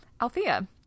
Althea